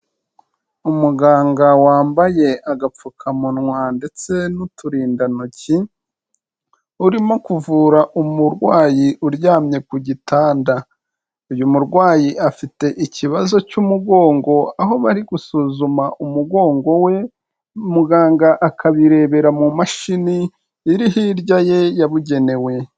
Umuganga wambaye agapfukamunwa ndetse n'uturindantoki, urimo kuvura umurwayi uryamye ku gitanda. Uyu murwayi afite ikibazo cy'umugongo, aho bari gusuzuma umugongo we, muganga akabirebera mu mashini iri hirya ye yabugenewe.